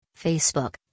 Facebook